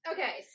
Okay